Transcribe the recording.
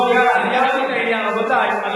רבותי, סיימנו את העניין.